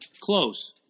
Close